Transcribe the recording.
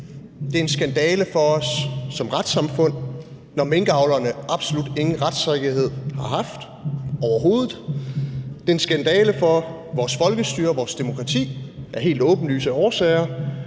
Det er en skandale for os som retssamfund, når minkavlerne absolut ingen retssikkerhed har haft overhovedet, det er en skandale for vores folkestyre og vores demokrati af helt åbenlyse årsager,